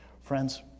Friends